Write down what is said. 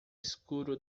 escuro